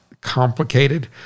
complicated